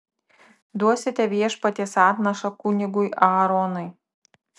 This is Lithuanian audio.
duosite viešpaties atnašą kunigui aaronui